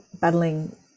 battling